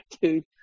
Dude